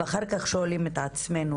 ואחר כך אנחנו שואלים את עצמנו